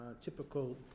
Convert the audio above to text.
typical